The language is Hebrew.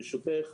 ברשותך,